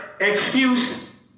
Excuse